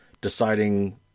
deciding